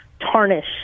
tarnish